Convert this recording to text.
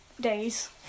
days